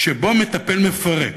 שבו מטפל מפרק,